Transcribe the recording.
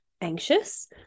anxious